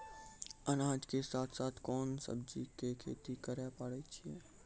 अनाज के साथ साथ कोंन सब्जी के खेती करे पारे छियै?